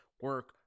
Work